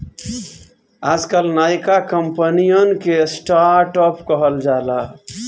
आजकल नयका कंपनिअन के स्टर्ट अप कहल जाला